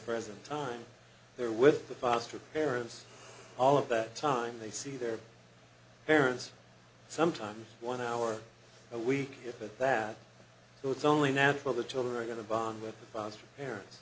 present time they're with the foster parents all of that time they see their parents sometimes one hour a week if that so it's only natural the children are going to bond with the foster parents